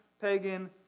pagan